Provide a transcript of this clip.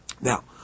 Now